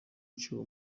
aciwe